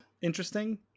interesting